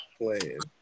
playing